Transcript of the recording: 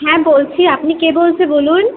হ্যাঁ বলছি আপনি কে বলছেন বলুন